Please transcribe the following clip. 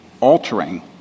altering